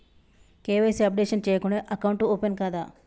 KYC updation చేయకుంటే account open కాదా?